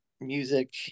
music